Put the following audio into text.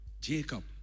Jacob